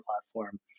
platform